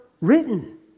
written